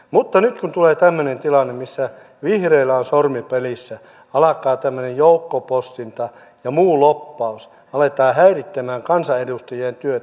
mutta nyt kun tulee tämmöinen tilanne missä vihreillä on sormi pelissä alkaa tämmöinen joukkopostinta ja muu lobbaus aletaan häiritsemään kansanedustajien työtä